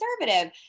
conservative